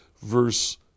verse